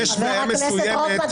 חבר הכנסת רוטמן,